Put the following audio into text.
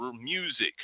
music